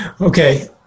Okay